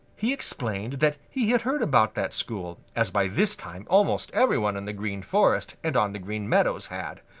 he explained that he had heard about that school, as by this time almost every one in the green forest and on the green meadows had.